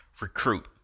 Recruit